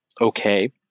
okay